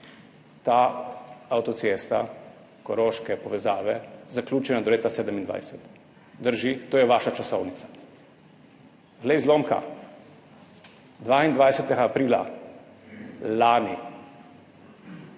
ta avtocesta koroške povezave zaključena do leta 2027. Drži, to je vaša časovnica. Glej zlomka, 22. aprila lani